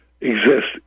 exist